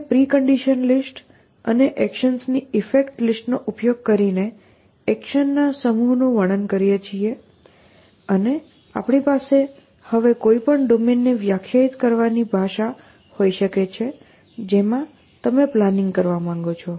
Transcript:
આપણે precondition list અને એકશન્સની ઇફેક્ટ્સ લિસ્ટનો ઉપયોગ કરીને એક્શનના સમૂહનું વર્ણન કરીએ છીએ અને આપણી પાસે હવે કોઈ પણ ડોમેનને વ્યાખ્યાયિત કરવાની ભાષા હોઈ શકે છે જેમાં તમે પ્લાનિંગ કરવા માંગો છો